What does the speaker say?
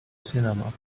cinema